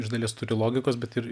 iš dalies turi logikos bet ir